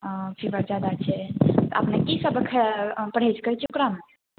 ओ fever जादा छै तऽ अपने की सब खाय परहेज करै छियै ओकरामे